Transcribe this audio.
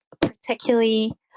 particularly